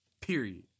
Period